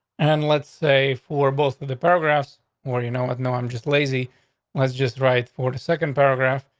and let's say for both of the paragraphs more you know what? no, i'm just lazy was just right for the second paragraph.